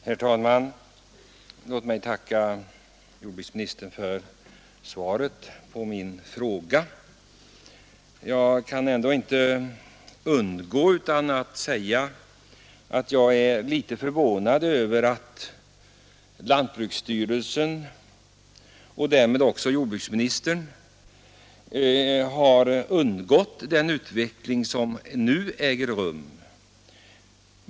Herr talman! Låt mig tacka jordbruksministern för svaret på min fråga. Jag kan ändå inte underlåta att säga att jag är förvånad över att den utveckling som nu äger rum har undgått lantbruksstyrelsen och därmed också jordbruksministern.